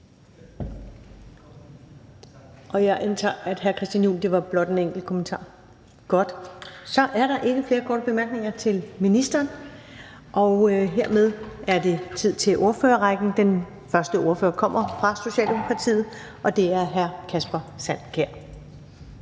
Jeg antager, at hr. Christian Juhl blot havde en enkelt kommentar. Godt, så er der ikke flere korte bemærkninger til ministeren. Hermed er det tid til ordførerrækken. Den første ordfører kommer fra Socialdemokratiet, og det er hr. Kasper Sand Kjær.